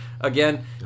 again